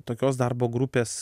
tokios darbo grupės